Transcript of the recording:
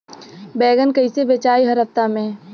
बैगन कईसे बेचाई हर हफ्ता में?